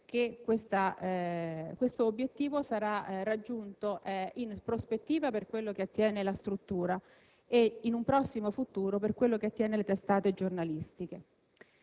che questo obiettivo sarà raggiunto in prospettiva per quello che attiene alla struttura, e in un prossimo futuro per quello che attiene alle testate giornalistiche.